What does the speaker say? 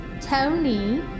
Tony